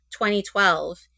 2012